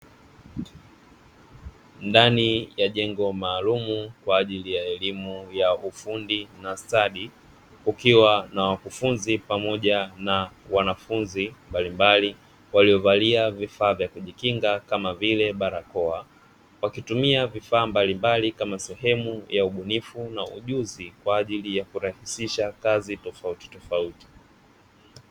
Ndani ya jengo maalumu kwaajili ya elimu ya ufundi na stadi, kukiwa na wakufunzi pamoja na wanafunzi mbalimbali waliovalia vifaa vya kujikinga kama vile barakoa, wakitumia vifaa mbalimbali kama sehemu ya ubunifu na ujuzi kwaajili ya kurahisisha kazi tofautitofauti.